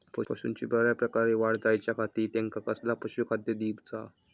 पशूंची बऱ्या प्रकारे वाढ जायच्या खाती त्यांका कसला पशुखाद्य दिऊचा?